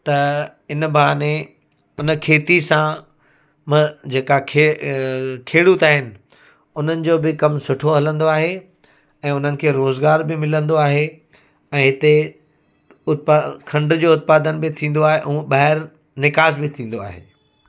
त इन बहाने उन खेती सां मां जेका खे खेड़ूत आहिनि उन्हनि जो बि कमु सुठो हलंदो आहे ऐं उन्हनि खे रोज़गार बि मिलंदो आहे ऐं हिते उत्पा खंड जो उत्पादन बि थींदो आहे हूंअं ॿाहिरि निकास बि थींदो आहे